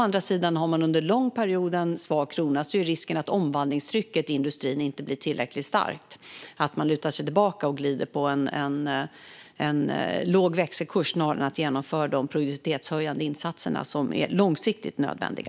Och har man under en lång period en svag krona är risken att omvandlingstrycket i industrin inte blir tillräckligt starkt så att man lutar sig tillbaka och glider på en låg växelkurs snarare än att genomföra de produktivitetshöjande insatser som är långsiktigt nödvändiga.